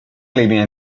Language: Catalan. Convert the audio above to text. línia